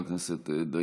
תודה רבה, חבר הכנסת דיין.